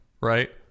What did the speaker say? Right